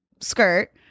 skirt